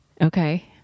Okay